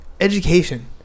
education